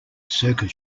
circus